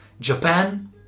Japan